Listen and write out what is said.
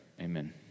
Amen